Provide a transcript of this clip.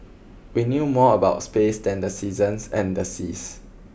we knew more about space than the seasons and the seas